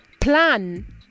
plan